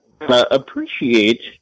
appreciate